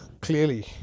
Clearly